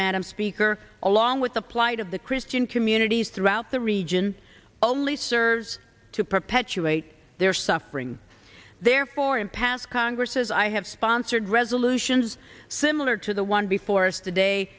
madam speaker along with the plight of the christian communities throughout the region only serves to perpetuate their suffering therefore impasse congress says i have sponsored resolutions similar to the one before us today